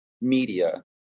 media